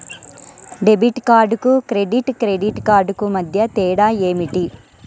Debit కార్డుకు credit credit కార్డుకు మధ్య తేడా ఏమిటీ?